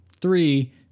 three